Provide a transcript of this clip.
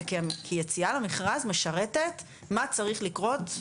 כי יציאה למכרז משרתת מה צריך לקרות,